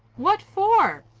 what for?